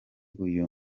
uyu